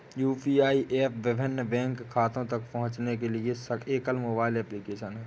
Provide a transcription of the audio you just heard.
UPI app विभिन्न bank खातों तक पहुँचने के लिए एकल मोबाइल एप्लिकेशन है